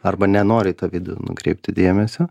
arba nenori to vidun nukreipti dėmesio